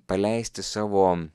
paleisti savo